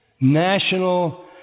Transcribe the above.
national